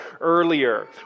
earlier